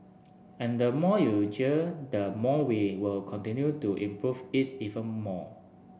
and the more you jeer the more we will continue to improve it even more